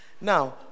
Now